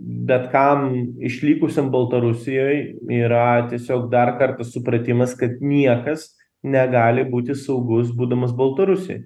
bet kam išlikusiam baltarusijoj yra tiesiog dar kartą supratimas kad niekas negali būti saugus būdamas baltarusijoj